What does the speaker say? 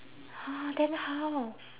!huh! then how